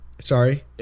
Sorry